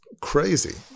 crazy